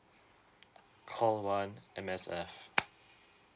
call one M_S_F